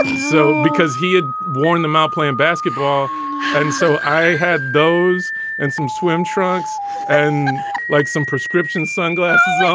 so because he had worn them out playing basketball and so i had those and some swim trunks and like some prescription sunglasses on.